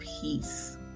peace